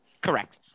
Correct